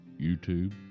YouTube